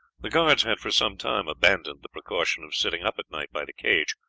the guards had for some time abandoned the precaution of sitting up at night by the cage,